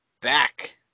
Back